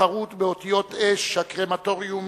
החרות באותיות אש הקרמטוריום